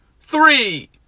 three